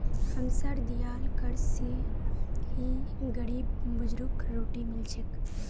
हमसार दियाल कर स ही गरीब बुजुर्गक रोटी मिल छेक